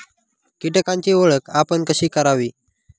कीटकांची ओळख आपण कशी करावी?